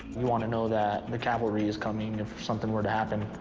you wanna know that the cavalry is coming if something were to happen.